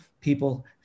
people